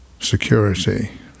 security